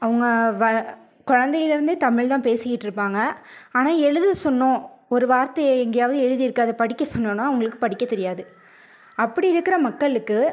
அவங்க வ குழந்தைலந்தே தமிழ் தான் பேசிக்கிட்டிருப்பாங்க ஆனால் எழுத சொன்னோம் ஒரு வார்த்தையை எங்கேயாவது எழுதி இருக்குது அதை படிக்க சொன்னோனால் அவங்களுக்கு படிக்க தெரியாது அப்படி இருக்கிற மக்களுக்கு